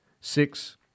six